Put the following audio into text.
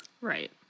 Right